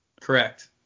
Correct